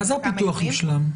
מה זה הפיתוח יושלם?